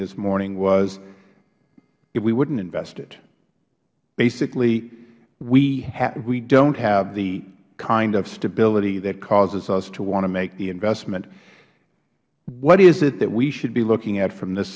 this morning was we wouldn't invest it basically we don't have the kind of stability that causes us to want to make the investment what is it that we should be looking at from this